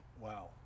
Wow